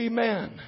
Amen